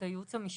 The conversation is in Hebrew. את הייעוץ המשפטי,